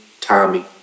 Tommy